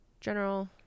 general